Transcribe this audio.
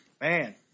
Man